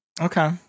Okay